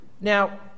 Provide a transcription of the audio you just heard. Now